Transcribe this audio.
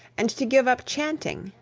and to give up chanting,